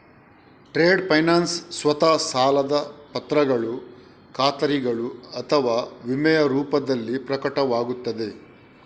trade finance ಸ್ವತಃ ಸಾಲದ ಪತ್ರಗಳು ಖಾತರಿಗಳು ಅಥವಾ ವಿಮೆಯ ರೂಪದಲ್ಲಿ ಪ್ರಕಟವಾಗುತ್ತದೆ